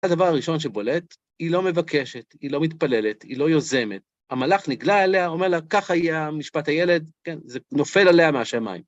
הדבר הראשון שבולט: היא לא מבקשת, היא לא מתפללת, היא לא יוזמת. המלאך נגלה עליה, אומר לה, "ככה יהיה משפט הילד", כן? זה נופל עליה מהשמיים.